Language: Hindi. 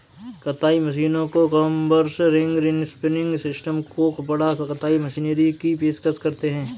कताई मशीनों को कॉम्बर्स, रिंग स्पिनिंग सिस्टम को कपड़ा कताई मशीनरी की पेशकश करते हैं